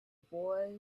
boy